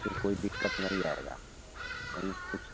फ़िर कोई दिक्कत नहीं आएगी बड़ी कुछ